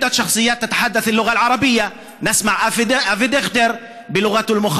ולצורך דיאלוג ותקשורת בין בני אדם.